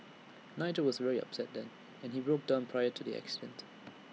Nigel was very upset then and he broke down prior to the accident